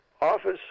office